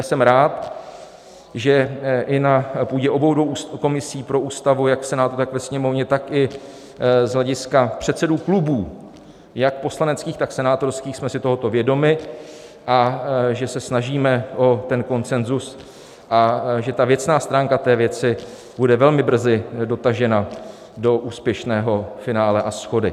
Jsem rád, že i na půdě obou komisí pro Ústavu, jak v Senátu, tak ve Sněmovně, tak i z hlediska předsedů klubů jak poslaneckých, tak senátorských jsme si tohoto vědomi, že se snažíme o konsenzus a že věcná stránka věci bude velmi brzy dotažena do úspěšného finále a shody.